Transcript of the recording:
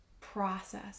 process